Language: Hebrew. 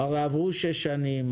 הרי עברו שש שנים,